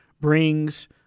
brings